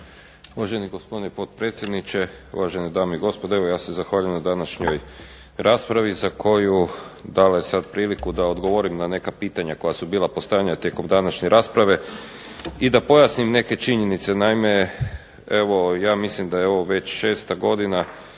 Uvaženi gospodine potpredsjedniče, uvažene dame i gospodo. Evo ja se zahvaljujem na današnjoj raspravi za koju dala je sad priliku da odgovorim na neka pitanja koja su bila postavljena tijekom današnje rasprave i da pojasnim neke činjenice. Naime, ja mislim da je ovo već šesta godina